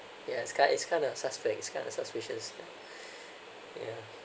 yeah it's kind it's kind of suspect it's kind of suspicious ya